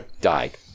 died